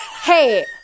hey